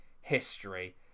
history